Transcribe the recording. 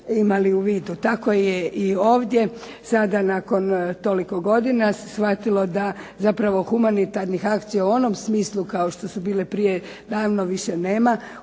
Tako je i ovdje, sada nakon toliko godina, shvatilo da zapravo humanitarnih akcija u onom smislu kao što su bile prije naravno više nema,